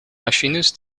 machines